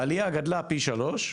העלייה גדלה פי שלושה,